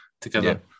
together